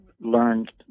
learned